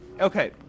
okay